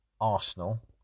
Arsenal